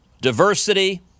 diversity